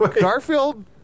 Garfield